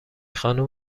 خانوم